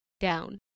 down